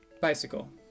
bicycle